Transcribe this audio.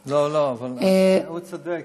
לא לא, אבל הוא צודק.